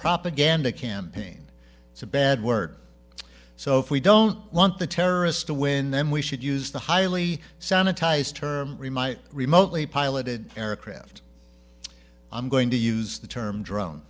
propaganda campaign it's a bad word so if we don't want the terrorists to win then we should use the highly sanitized term remotely piloted aircraft i'm going to use the term drone